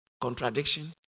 contradiction